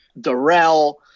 Darrell